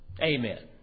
Amen